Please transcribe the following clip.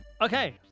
Okay